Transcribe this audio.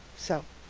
so.